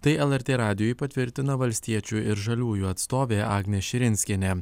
tai lrt radijui patvirtina valstiečių ir žaliųjų atstovė agnė širinskienė